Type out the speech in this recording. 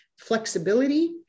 flexibility